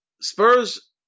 Spurs